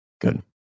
Good